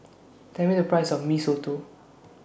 Tell Me The Price of Mee Soto